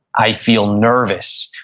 i feel nervous,